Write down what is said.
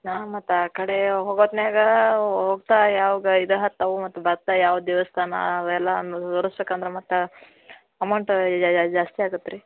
ಹಾಂ ಮತ್ತು ಆ ಕಡೆ ಹೊಗೋದ್ಮ್ಯಾಗಾ ಹೋಗ್ತಾ ಯಾವಾಗ ಇದು ಹತ್ತವು ಮತ್ತು ಬರ್ತಾ ಯಾವ ದೇವಸ್ಥಾನ ಅವೆಲ್ಲ ತೋಡಿಸ್ಬ್ಯಾಕ ಅಂದ್ರೆ ಮತ್ತೆ ಅಮೌಂಟ್ ಜಾಸ್ತಿ ಆಗತ್ತೆ ರೀ